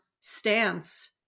stance